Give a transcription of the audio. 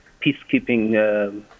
peacekeeping